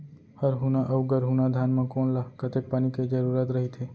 हरहुना अऊ गरहुना धान म कोन ला कतेक पानी के जरूरत रहिथे?